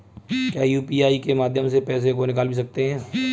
क्या यू.पी.आई के माध्यम से पैसे को निकाल भी सकते हैं?